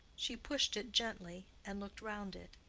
she pushed it gently, and looked round it.